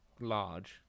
large